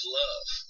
love